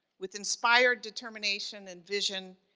with inspired determination and vision,